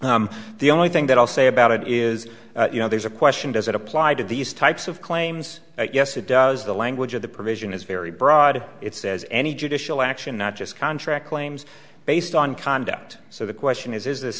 the only thing that i'll say about it is you know there's a question does that apply to these types of claims yes it does the language of the provision is very broad it says any judicial action not just contract claims based on conduct so the question is is this